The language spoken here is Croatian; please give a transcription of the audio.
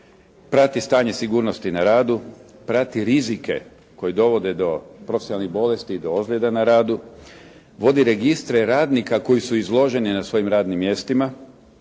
prati stanje sigurnosti na radu, prati rizike koji dovode do profesionalnih bolesti i do ozljeda na radu, vodi registre radnika koji su izloženi na svojim radnim mjestima